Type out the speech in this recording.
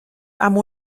amb